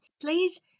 Please